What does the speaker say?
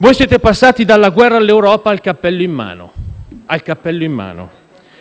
voi siete passati dalla guerra all'Europa al cappello in mano.